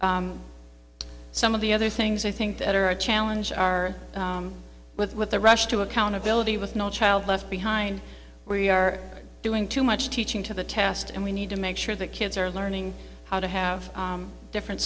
well some of the other things i think that are a challenge are with with the rush to accountability with no child left behind where we are doing too much teaching to the test and we need to make sure that kids are learning how to have different